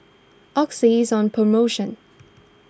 Oxy is on promotion